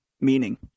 meaning